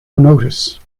notice